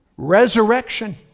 Resurrection